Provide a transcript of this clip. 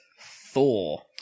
Thor